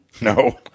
No